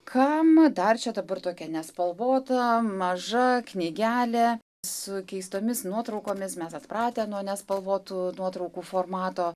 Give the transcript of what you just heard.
kam dar čia dabar tokia nespalvota maža knygelė su keistomis nuotraukomis mes atpratę nuo nespalvotų nuotraukų formato